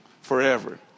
forever